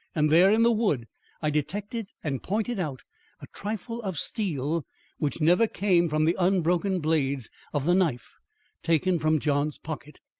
and there in the wood i detected and pointed out a trifle of steel which never came from the unbroken blades of the knife taken from john's pocket.